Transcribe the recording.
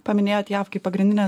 paminėjot jav kaip pagrindinę